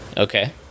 Okay